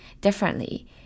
differently